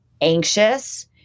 anxious